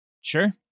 Sure